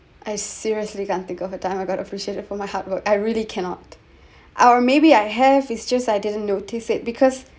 I seriously can't think of a time I got appreciated for my hard work I really cannot or maybe I have it's just I didn't notice it because